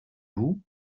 vous